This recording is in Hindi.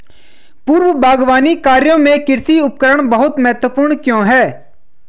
पूर्व बागवानी कार्यों में कृषि उपकरण बहुत महत्वपूर्ण क्यों है?